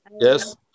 Yes